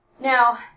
Now